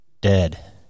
dead